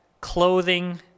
clothing